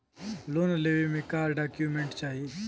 Loan लेवे मे का डॉक्यूमेंट चाही?